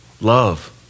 Love